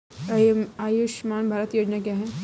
आयुष्मान भारत योजना क्या है?